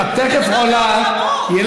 איילת, את תכף עולה, זה מאוד חמור.